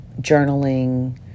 journaling